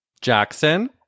Jackson